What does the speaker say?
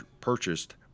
purchased